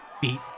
beat